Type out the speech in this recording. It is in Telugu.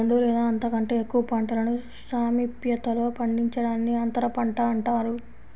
రెండు లేదా అంతకంటే ఎక్కువ పంటలను సామీప్యతలో పండించడాన్ని అంతరపంట అంటారు